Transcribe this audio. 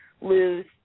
lose